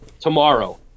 tomorrow